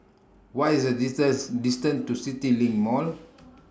What IS The Disease distance to CityLink Mall